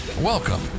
Welcome